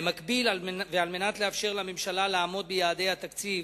במקביל, ועל מנת לאפשר לממשלה לעמוד ביעדי התקציב,